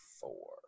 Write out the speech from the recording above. Four